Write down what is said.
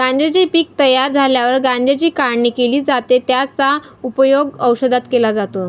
गांज्याचे पीक तयार झाल्यावर गांज्याची काढणी केली जाते, त्याचा उपयोग औषधात केला जातो